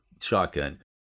shotgun